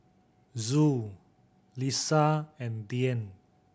Zul Lisa and Dian